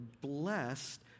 blessed